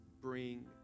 bring